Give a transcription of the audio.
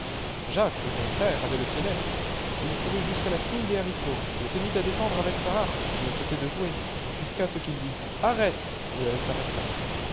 jacques au contraire avait le pied leste il courut jusqu'à la cime des haricots et se mit à descendre avec sa harpe qui ne cessait de jouer jusqu'à ce qu'il lui dit arrête et elle s'arrêta